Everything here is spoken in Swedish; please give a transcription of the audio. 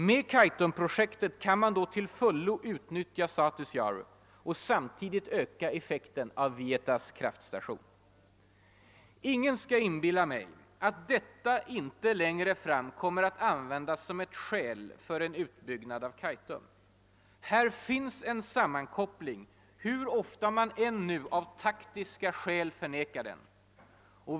Med Kaitumprojektet kan man då till fullo utnyttja Satisjaure och samtidigt öka effekten av Vietas kraftstation. Ingen skall inbilla mig att detta inte längre fram kommer att användas som ett skäl för en utbyggnad av Kaitum. Här finns en sammankoppling, hur ofta man nu än av taktiska skäl förnekar det.